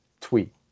tweet